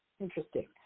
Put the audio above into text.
Interesting